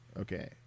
Okay